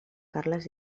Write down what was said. carles